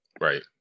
right